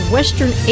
Western